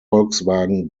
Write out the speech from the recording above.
volkswagen